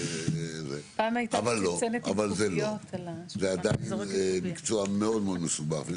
אבל זה עדיין מקצוע מאוד מאוד מסובך.